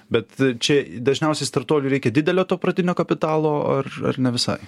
bet čia dažniausiai startuolį reikia didelio to pradinio kapitalo ar ar ne visai